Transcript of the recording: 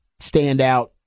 standout